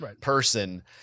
person